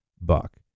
buck